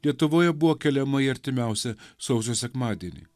lietuvoje buvo keliama į artimiausią sausio sekmadienį